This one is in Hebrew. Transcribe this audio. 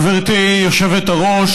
גברתי היושבת-ראש,